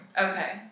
Okay